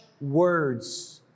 words